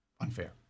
Unfair